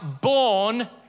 born